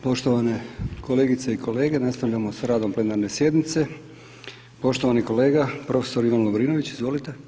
Poštovane kolegice i kolege, nastavljamo s radom plenarne sjednice, poštovani kolega Ivan Lovrinović, izvolite.